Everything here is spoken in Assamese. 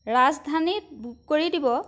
ৰাজধানীত বুক কৰি দিব